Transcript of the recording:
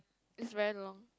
it's very long